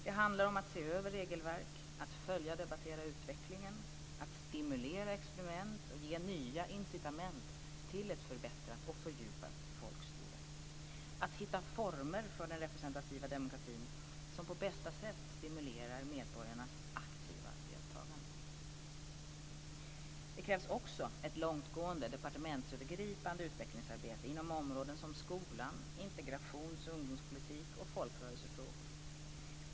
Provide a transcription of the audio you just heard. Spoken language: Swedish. Det handlar om att - se över regelverken, - följa och debattera utvecklingen, - stimulera experiment och ge nya incitament till ett förbättrat och fördjupat folkstyre, - hitta former för den representativa demokratin som på bästa sätt stimulerar medborgarnas aktiva deltagande. Det krävs också ett långtgående departementsövergripande utvecklingsarbete inom områden som skolan, integrations och ungdomspolitiken och folkrörelsefrågorna.